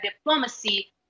diplomacy